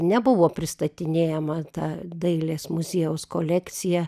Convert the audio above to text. nebuvo pristatinėjama ta dailės muziejaus kolekcija